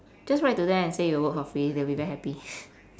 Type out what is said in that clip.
just write to them and say you'll work for free they'll be very happy